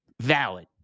Valid